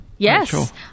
Yes